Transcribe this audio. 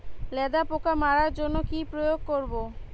লেদা পোকা মারার জন্য কি প্রয়োগ করব?